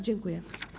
Dziękuję.